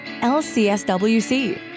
lcswc